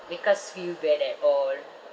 make us feel bad at all